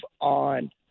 on